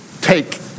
take